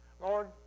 Lord